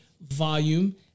volume